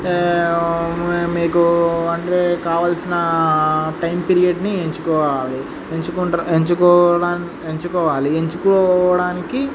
మీకు అంటే కావాల్సిన టైం పీరియడ్ని ఎంచుకోవాలి ఎంచుకుంటే ఎంచుకోవడానికి ఎంచుకోవాలి ఎంచుకోవడానికి